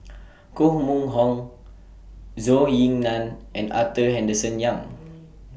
Koh Mun Hong Zhou Ying NAN and Arthur Henderson Young